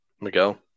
Miguel